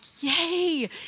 yay